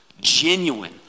genuine